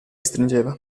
stringeva